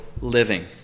living